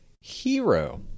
Hero